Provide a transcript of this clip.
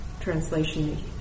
translation